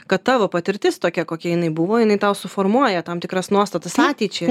kad tavo patirtis tokia kokia jinai buvo jinai tau suformuoja tam tikras nuostatas ateičiai